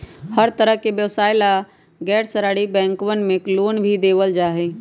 हर तरह के व्यवसाय ला गैर सरकारी बैंकवन मे लोन भी देवल जाहई